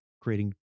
creating